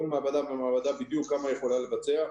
כל מעבדה ומעבדה בדיוק כמה היא יכולה לבצע,